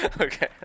Okay